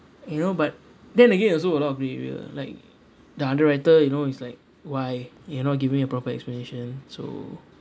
you know but then again also a lot of grey area like the underwriter you know it's like why you know giving you a proper explanation so